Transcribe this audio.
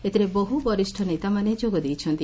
ଏଥିରେ ବହ୍ ବରିଷ ନେତାମାନେ ଯୋଗ ଦେଇଛନ୍ତି